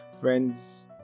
friends